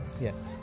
Yes